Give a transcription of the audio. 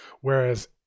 Whereas